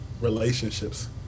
Relationships